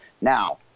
now